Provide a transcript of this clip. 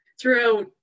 Throughout